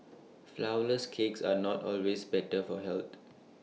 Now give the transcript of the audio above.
Flourless Cakes are not always better for health